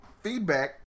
feedback